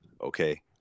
okay